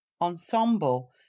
Ensemble